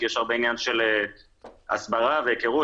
כי יש הרבה עניין של הסברה והיכרות,